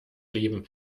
leben